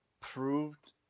proved